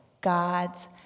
God's